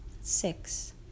six